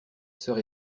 soeur